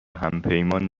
همپیمان